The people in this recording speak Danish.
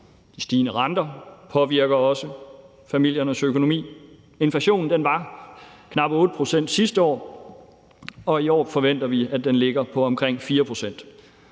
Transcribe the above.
De stigende renter påvirker også familiernes økonomi. Inflationen var på knap 8 pct. sidste år, og i år forventer vi, at den ligger på omkring 4 pct.